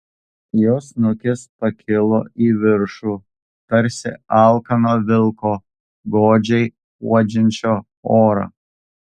jo snukis pakilo į viršų tarsi alkano vilko godžiai uodžiančio orą